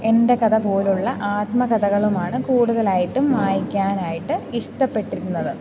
എൻ്റെ കഥ പോലെയുള്ള ആത്മകഥകളുമാണ് കൂടുതലായിട്ടും വായിക്കാനായിട്ട് ഇഷ്ടപ്പെട്ടിരുന്നത്